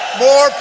More